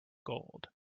gold